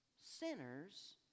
Sinners